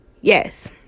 Yes